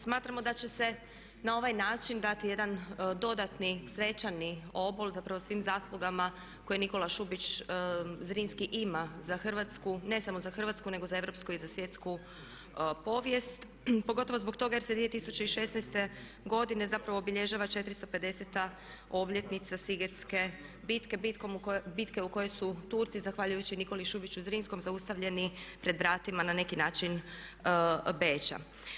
Smatramo da će se na ovaj način dati jedan dodatni svečani obol, zapravo svim zaslugama koje Nikola Šubić Zrinski ima za Hrvatsku, ne samo za Hrvatsku nego i za Europsku povijest pogotovo zbog toga jer se 2016. godine zapravo obilježava 450.-ta obljetnica Sigetske bitke, bitke u kojoj su Turci zahvaljujući Nikoli Šubiću Zrinskom zaustavljeni pred vratima na neki način Beča.